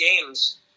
games